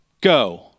go